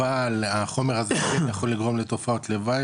אבל החומר הזה יכול לגרום לתופעות לוואי